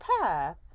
path